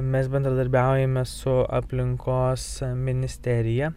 mes bendradarbiaujame su aplinkos ministerija